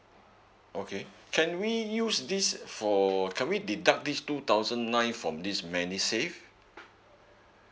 okay can we use this for can we deduct this two thousand nine from this medisave